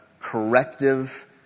corrective